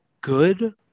good